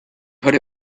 put